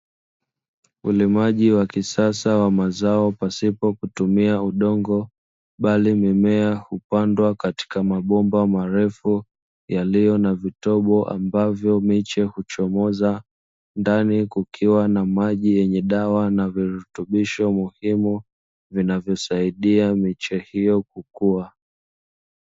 Ulimaji wa kisasa wa mazao pasipo kutumia udongo bali mimea hupandwa katika mabomba marefu yaliyo na vitobo, ambavyo miche huchomoza ndani kukiwa na maji yenye dawa na virutubisho muhimu vinavyosaidia miche hiyo kukua.